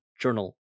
journal